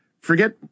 forget